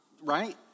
right